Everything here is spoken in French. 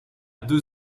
deux